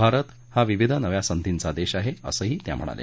भारत हा विविध नव्या संधीचा देश आहे असंही त्या म्हणाल्या